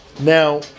Now